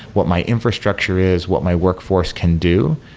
what my infrastructure is, what my workforce can do.